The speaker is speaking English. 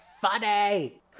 funny